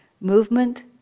Movement